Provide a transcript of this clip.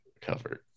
covered